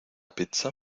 pizza